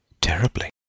terribly